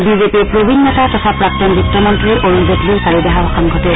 বিজেপিৰ প্ৰবীণ নেতা তথা প্ৰাক্তন বিত্ত মন্ত্ৰী অৰুণ জেটলীৰ কালি দেহাৱসান ঘটে